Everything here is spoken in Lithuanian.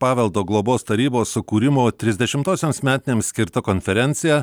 paveldo globos tarybos sukūrimo trisdešimtosioms metinėms skirta konferencija